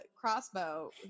crossbow